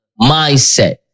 mindset